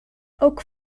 oak